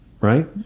right